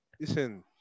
Listen